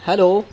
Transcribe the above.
hello